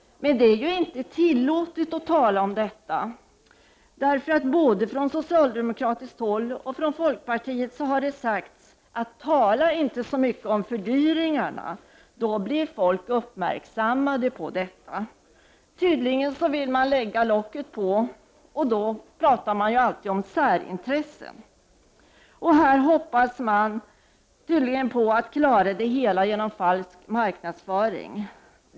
Men det är ju inte tillåtet att tala om detta. Både från socialdemokratiskt håll och från folkpartiet har det sagts att man inte skall tala så mycket om fördyringar, för då blir folk uppmärksammade på dessa. Tydligen vill man lägga locket på, och därför talar man alltid om särintressen. Här hoppas man tydligen på att klara det hela genom falsk marknadsföring.